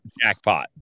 jackpot